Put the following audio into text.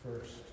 first